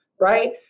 right